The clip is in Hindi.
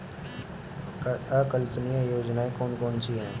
अल्पकालीन योजनाएं कौन कौन सी हैं?